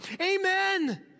Amen